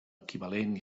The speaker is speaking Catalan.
equivalent